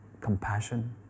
compassion